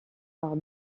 par